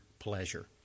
Pleasure